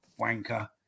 Wanker